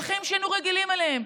לחיים שהיינו רגילים אליהם.